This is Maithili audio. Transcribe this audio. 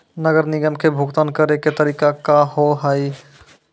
नगर निगम के भुगतान करे के तरीका का हाव हाई?